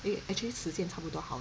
eh actually 时间差不多好